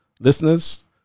Listeners